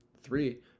three